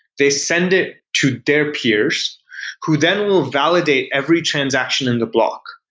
they send it to their peers who then will validate every transaction in the block.